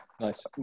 Nice